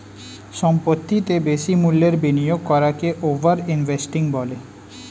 সম্পত্তিতে বেশি মূল্যের বিনিয়োগ করাকে ওভার ইনভেস্টিং বলে